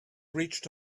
reached